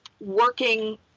working